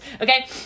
Okay